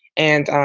and,